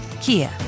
Kia